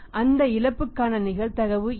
அந்த இழப்புக்கான நிகழ்தகவு என்ன